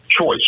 choice